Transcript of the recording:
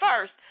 first